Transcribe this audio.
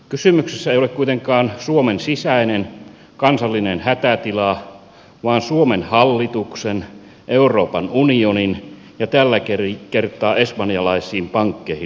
kysymyksessä ei ole kuitenkaan suomen sisäinen kansallinen hätätila vaan suomen hallituksen euroopan unionin ja tälläkin kertaa espanjalaisiin pankkeihin